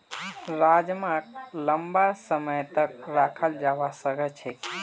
राजमाक लंबा समय तक रखाल जवा सकअ छे